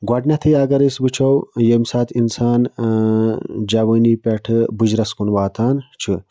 گۄڈٕنٮ۪تھٕے اَگر أسۍ وٕچھو ییٚمہِ ساتہٕ اِنسان جَوٲنی پٮ۪ٹھٕ بٕجرَس کُن واتان چھُ